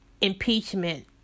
impeachment